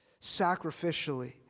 sacrificially